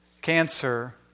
cancer